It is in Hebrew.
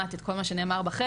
ושומעת את כל מה שנאמר בחדר,